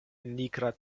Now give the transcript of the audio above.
nigra